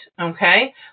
okay